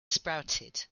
sprouted